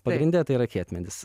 pagrinde tai yra kietmedis